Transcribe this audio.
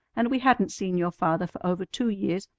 and we hadn't seen your father for over two years,